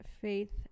faith